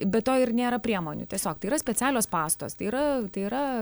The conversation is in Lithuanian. be to ir nėra priemonių tiesiog tai yra specialios pastos tai yra tai yra